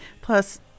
Plus